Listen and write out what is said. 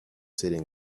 sitting